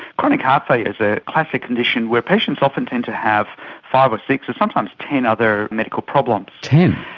chronic heart failure is a classic condition where patients often tend to have five or six and sometimes ten other medical problems. ten?